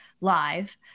live